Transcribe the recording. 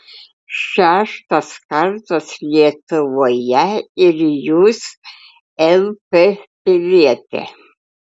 šeštas kartas lietuvoje ir jūs lt pilietė